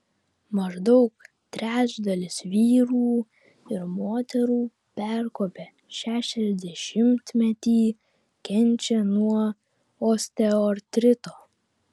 maždaug trečdalis vyrų ir moterų perkopę šešiasdešimtmetį kenčia nuo osteoartrito